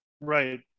Right